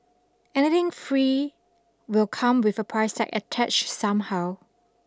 anything free will come with a price tag attached somehow